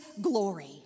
glory